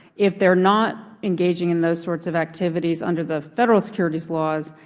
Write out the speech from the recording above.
if they're not engaging in those sorts of activities under the federal securities laws,